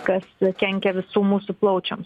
kas kenkia visų mūsų plaučiams